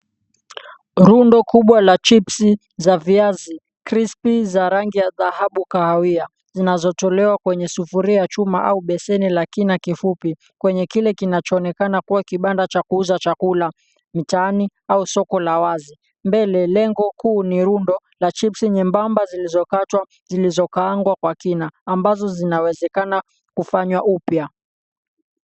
Rundo kubwa la chipsi za viazi, kripsi za rangi ya dhahabu kahawia, zinazotolewa kwenye sufuria ya chuma au beseni la kina kifupi, kwenye kile kinachoonekana kuwa kibanda cha kuuza chakula mtaani au soko la wazi. Mbele lengo kuu ni rundo la chipsi nyembamba zilizokatwa zilizokaangwa kwa kina, ambazo zinawezekana kufanywa upya.